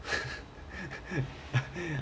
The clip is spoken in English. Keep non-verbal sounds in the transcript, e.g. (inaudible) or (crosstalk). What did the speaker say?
(laughs)